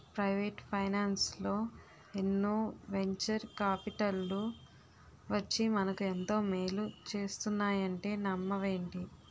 Private ఫైనాన్సల్లో ఎన్నో venture కాపిటల్లు వచ్చి మనకు ఎంతో మేలు చేస్తున్నాయంటే నమ్మవేంటి?